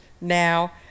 now